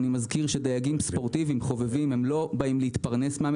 אני מזכיר שדייגים ספורטיביים חובבים לא באים להתפרנס מן